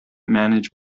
manage